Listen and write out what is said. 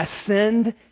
ascend